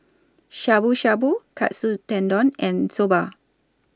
Shabu Shabu Katsu Tendon and Soba